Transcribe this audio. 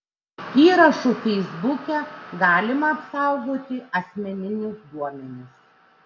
įrašu feisbuke galima apsaugoti asmeninius duomenis